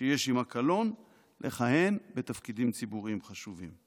שיש עימה קלון לכהן תפקידים ציבוריים חשובים.